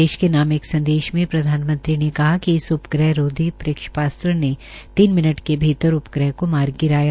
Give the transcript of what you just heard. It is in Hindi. देश के नाम एक संदेश में प्रधानमंत्री ने कहा कि इस उपग्रह रोधी प्रक्षेपास्त्र ने तीन मिनट के भीतर उपग्रह को मार गिराया